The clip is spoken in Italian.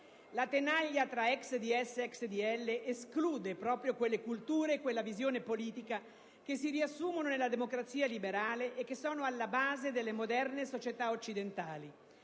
La tenaglia tra ex DS ed ex DL esclude proprio quelle culture e quella visione politica che si riassumono nella democrazia liberale e che sono alla base delle moderne società occidentali.